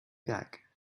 back